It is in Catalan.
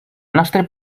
nostre